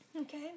Okay